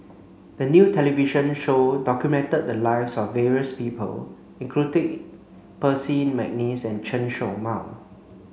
the new television show documented the lives of various people including Percy McNeice and Chen Show Mao